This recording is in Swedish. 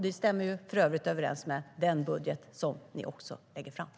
Det stämmer för övrigt överens med den budget som ni också lägger fram.